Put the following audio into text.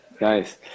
nice